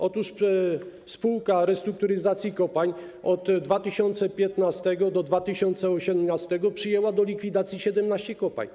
Otóż Spółka Restrukturyzacji Kopalń od 2015 do 2018 r. przejęła do likwidacji 17 kopalń.